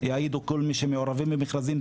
יעידו כל מי שמעורבים במכרזים,